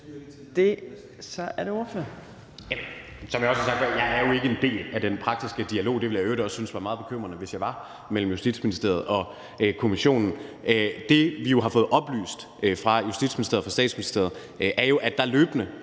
Sand Kjær (S): Som jeg også har sagt før, er jeg jo ikke en del af den praktiske dialog – jeg ville i øvrigt også synes, at det var meget bekymrende, hvis jeg var med i det – mellem Justitsministeriet og kommissionen. Det, vi jo har fået oplyst fra Justitsministeriet og fra Statsministeriet er, at der løbende